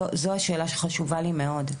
זו שאלה שחשובה לי מאוד.